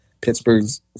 Pittsburgh's